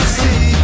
see